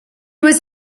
was